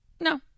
No